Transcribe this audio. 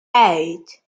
eight